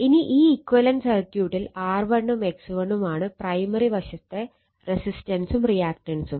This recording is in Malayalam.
ഇനി ഈ ഇക്വലന്റ് സർക്യൂട്ടിൽ R1 ഉം X1 ഉം ആണ് പ്രൈമറി വശത്തെ റെസിസ്റ്റൻസും റിയാക്റ്റൻസും